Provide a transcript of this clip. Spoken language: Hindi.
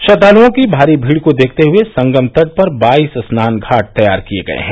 श्रद्दालूओं की भारी भीड़ को देखते हुए संगम तट पर बाइस स्नान घाट तैयार किये गये हैं